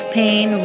pain